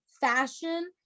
fashion